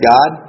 God